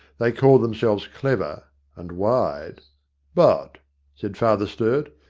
they called themselves clever and wide but said father sturt,